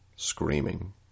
screaming